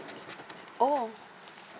oh